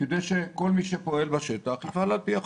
כדי כל מי שפועל בשטח יפעל על פי החוק.